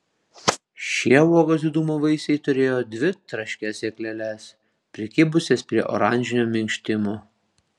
šie uogos didumo vaisiai turėjo dvi traškias sėkleles prikibusias prie oranžinio minkštimo